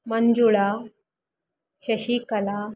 Manjula Shashikala